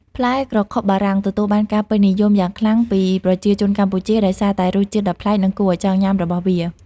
ផ្លែក្រខុបបារាំងទទួលបានការពេញនិយមយ៉ាងខ្លាំងពីប្រជាជនកម្ពុជាដោយសារតែរសជាតិដ៏ប្លែក និងគួរឲ្យចង់ញ៉ាំរបស់វា។